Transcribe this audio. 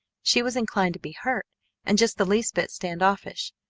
she was inclined to be hurt and just the least bit stand-offish.